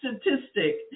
statistic